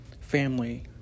family